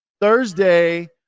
Thursday